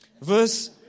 Verse